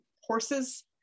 horses